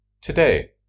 today